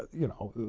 you know,